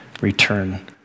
return